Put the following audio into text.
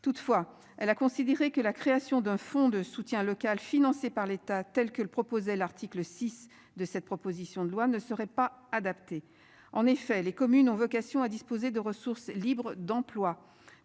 toutefois elle a considéré que la création d'un fonds de soutien local financé par l'État, telle que le proposait l'article 6 de cette proposition de loi ne serait pas adaptée. En effet, les communes ont vocation à disposer de ressources libres d'emploi